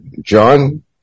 John